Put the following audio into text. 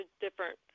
different